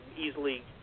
easily